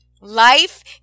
life